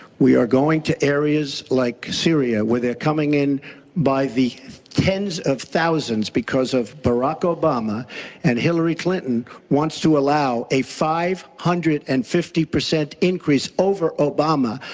we are going to areas like syria where they are coming in by the tens of thousands because of barack obama and hillary clinton wants wants to allow a five hundred and fifty percent increase over obama.